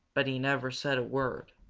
but he never said a word.